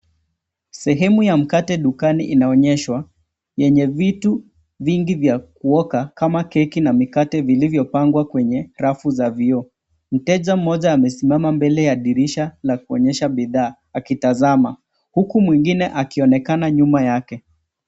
Sehemu ya mkate dukani inaonyeshwa yenye vitu vingi vya kuokwa kama keki na mikate vilivyopangwa kwenye rafu za vioo. Mteja mmoja amesimama mbele ya dirisha la kuonyesha bidhaa akitazama huku mwingine akionekana nyuma yake.